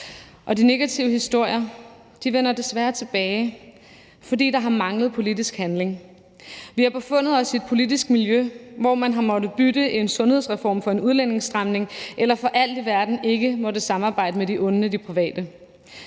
De negative historier vender desværre tilbage, fordi der har manglet politisk handling. Vi har befundet os i et politisk miljø, hvor man har måttet bytte en sundhedsreform for en udlændingestramning eller for alt i verden ikke har måttet samarbejde med de onde private.